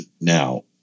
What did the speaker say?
now